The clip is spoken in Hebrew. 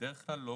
בדרך כלל לא